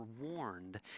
warned